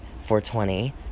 420